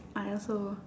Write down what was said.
I also